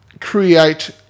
create